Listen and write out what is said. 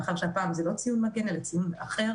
מאחר שהפעם זה לא ציון מגן אלא ציון אחר